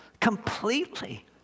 Completely